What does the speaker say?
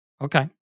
okay